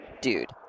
dude